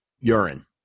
urine